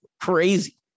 Crazy